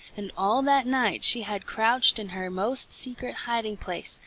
and all that night she had crouched in her most secret hiding-place,